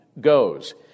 goes